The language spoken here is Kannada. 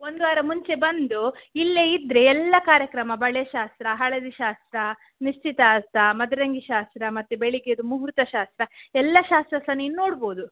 ಒಂದು ವಾರ ಮುಂಚೆ ಬಂದು ಇಲ್ಲೇ ಇದ್ದರೆ ಎಲ್ಲಾ ಕಾರ್ಯಕ್ರಮ ಬಳೆ ಶಾಸ್ತ್ರ ಹಳದಿ ಶಾಸ್ತ್ರ ನಿಶ್ಚಿತಾರ್ಥ ಮದರಂಗಿ ಶಾಸ್ತ್ರ ಮತ್ತು ಬೆಳಗ್ಗೆದು ಮುಹೂರ್ತ ಶಾಸ್ತ್ರ ಎಲ್ಲಾ ಶಾಸ್ತ್ರ ಸಹ ನೀನು ನೋಡ್ಬೋದು